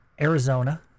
Arizona